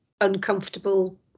uncomfortable